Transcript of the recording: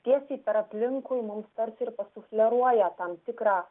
tiesiai per aplinkui mums karts ir pasufleruoja tam tikrą